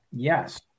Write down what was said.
Yes